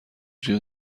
جیغ